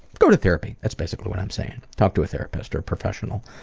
go to therapy, that's basically what i'm saying. talk to a therapist or a professional.